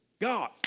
God